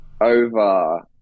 over